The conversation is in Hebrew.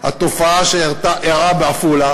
מה שאירע בעפולה,